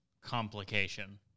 complication